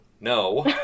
No